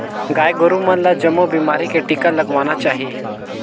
गाय गोरु मन ल जमो बेमारी के टिका लगवाना चाही